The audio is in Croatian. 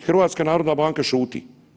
HNB šuti.